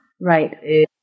Right